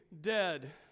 dead